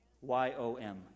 Y-O-M